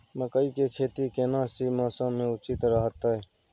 मकई के खेती केना सी मौसम मे उचित रहतय?